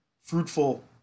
fruitful